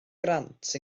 grant